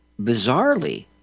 bizarrely